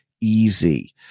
easy